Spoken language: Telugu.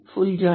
full join